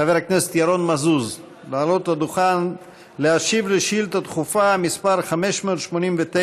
חבר הכנסת ירון מזוז לעלות לדוכן להשיב על שאילתה דחופה מס' 589,